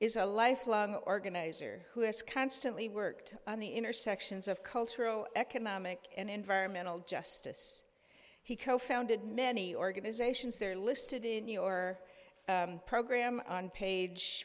is a lifelong organizer who has constantly worked on the intersections of cultural economic and environmental justice he co founded many organizations that are listed in your program on page